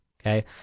Okay